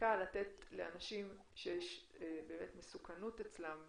להצדקה לתת לאנשים שהמסוכנות אצלם,